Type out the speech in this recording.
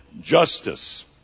justice